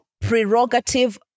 prerogative